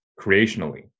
creationally